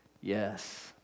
yes